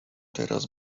teraz